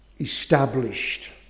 established